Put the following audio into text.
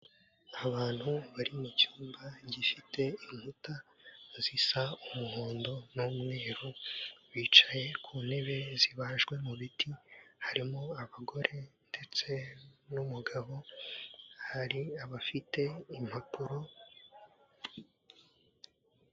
Abantu bari mu cyumba gifite inkuta zisa umuhondo n'umweru, bicaye ku ntebe zibajwe mu biti harimo abagore ndetse n'umugabo, hari abafite impapuro.